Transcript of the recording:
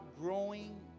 growing